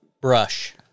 brush